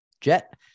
jet